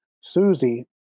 Susie